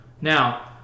now